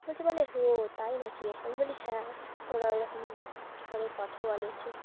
বলছি বলে ও তাই নাকি আমি বলি হ্যাঁ ওরা ওরকম করে কথা বলেছে